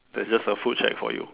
there is just a food shack for you